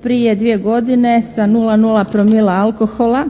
prije dvije godine sa 0,0 promila alkohola,